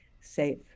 safe